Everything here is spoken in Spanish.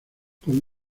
con